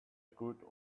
good